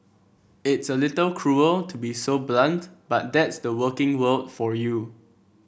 it's a little cruel to be so blunt but that's the working world for you